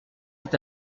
est